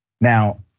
Now